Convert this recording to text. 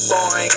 Boy